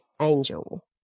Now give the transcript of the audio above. angel